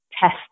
test